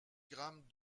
grammes